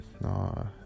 no